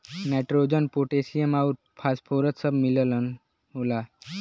nitrogen potassium आउर phosphorus सब मिलल होला